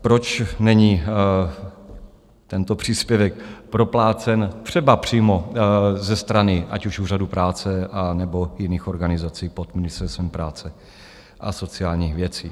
Proč není tento příspěvek proplácen třeba přímo ze strany ať už Úřadu práce, anebo jiných organizací pod Ministerstvem práce a sociálních věcí?